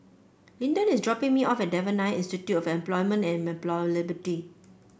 Linden is dropping me off at Devan Nair Institute of Employment and Employability